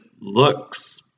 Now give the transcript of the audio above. looks